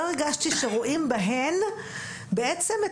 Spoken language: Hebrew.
לא הרגשתי שרואים בהן בעצם,